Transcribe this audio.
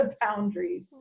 boundaries